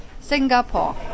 Singapore